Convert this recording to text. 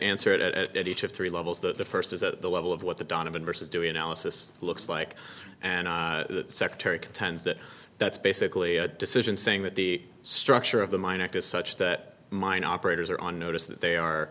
answer it at each of three levels that the first is at the level of what the donovan versus doing analysis looks like and the secretary contends that that's basically a decision saying that the structure of the mine act is such that mine operators are on notice that they are